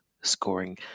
scoring